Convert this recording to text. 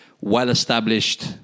well-established